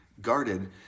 guarded